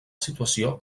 situació